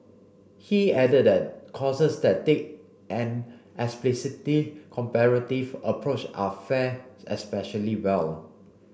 he added that courses that take an comparative approach a fare especially well